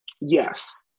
Yes